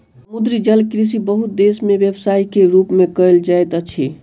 समुद्री जलकृषि बहुत देस में व्यवसाय के रूप में कयल जाइत अछि